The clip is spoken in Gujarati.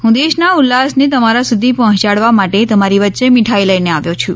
હું દેશના ઉલ્લાસને તમારા સુધી પહોંચાડવા માટે તમારી વચ્ચે મીઠાઈ લઈને આવ્યો છું